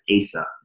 Asa